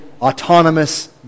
autonomous